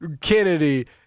Kennedy